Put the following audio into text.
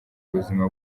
ubuzima